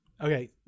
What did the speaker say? Okay